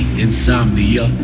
insomnia